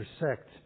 intersect